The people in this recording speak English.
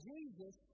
Jesus